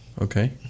Okay